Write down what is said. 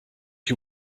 you